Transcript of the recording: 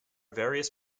various